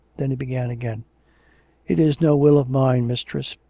then he began again it is no will of mine, mistress,